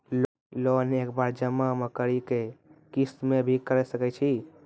Loan एक बार जमा म करि कि किस्त मे भी करऽ सके छि?